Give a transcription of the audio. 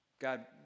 God